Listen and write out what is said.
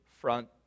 front